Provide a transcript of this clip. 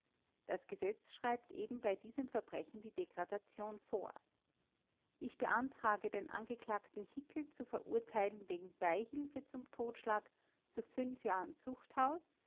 das gesetz schreibt eben bei diesem verbrechen die degradation vor ich beantrage den angeklagten hickel zu verurteilen wegen beihilfe zum totschlag zu jahren zuchthaus